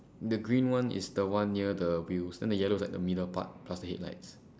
the green one is the one near the wheels then the yellow is like the middle part plus the headlights